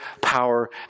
power